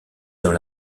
dans